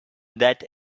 that